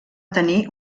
tenir